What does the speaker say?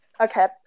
Okay